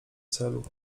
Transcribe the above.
celu